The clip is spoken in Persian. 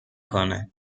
کند